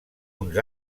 uns